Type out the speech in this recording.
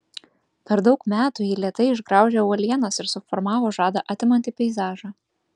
per daug metų ji lėtai išgraužė uolienas ir suformavo žadą atimantį peizažą